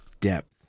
depth